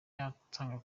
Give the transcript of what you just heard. yatangiye